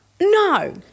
No